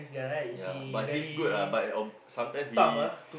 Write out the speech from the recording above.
ya but he's good ah but sometimes we